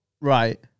Right